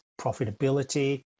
profitability